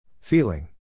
Feeling